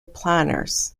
planners